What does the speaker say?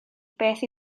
beth